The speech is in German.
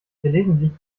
gelegentlich